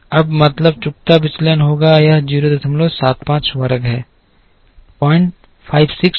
अब मतलब चुकता विचलन होगा यह 075 वर्ग है 5625